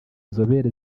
nzobere